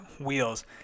wheels